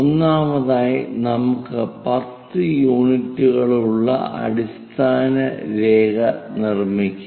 ഒന്നാമതായി നമുക്ക് 10 യൂണിറ്റുകളുള്ള അടിസ്ഥാന രേഖ നിർമ്മിക്കാം